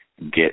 get